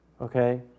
Okay